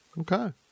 Okay